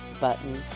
button